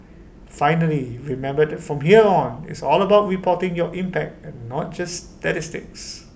finally remember that from here on it's all about reporting your impact and not just statistics